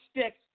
sticks